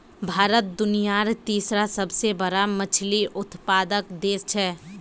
भारत दुनियार तीसरा सबसे बड़ा मछली उत्पादक देश छे